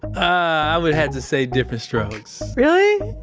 i would have to say different strokes really?